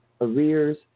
arrears